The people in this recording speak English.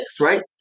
Right